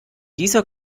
dieser